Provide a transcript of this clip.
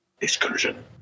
Excursion